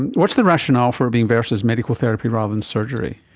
and what's the rationale for it being versus medical therapy rather than surgery?